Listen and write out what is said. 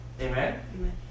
Amen